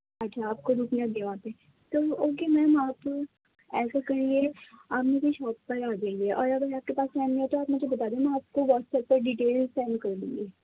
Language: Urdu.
اچھا آپ کو رکنا بھی ہے وہاں پہ تو اوکے میم آپ ایسا کریے آپ میری شاپ پر آ جائیے اور اگر آپ کے پاس ٹائم نہیں ہے تو آپ مجھے بتا دیں میں آپ کو واٹس ایپ پہ ڈٹیل سینڈ کر دوں گی